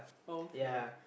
okay